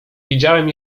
widziałem